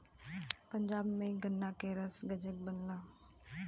पंजाब में गन्ना के रस गजक बनला